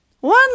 One